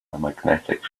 magnetic